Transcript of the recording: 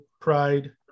pride